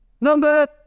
Number